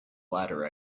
ladder